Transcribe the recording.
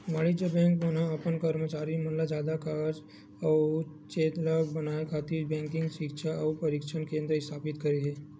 वाणिज्य बेंक मन ह अपन करमचारी मन ल जादा कारज कुसल अउ चेतलग बनाए खातिर बेंकिग सिक्छा अउ परसिक्छन केंद्र इस्थापित करे हे